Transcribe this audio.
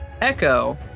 Echo